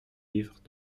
livres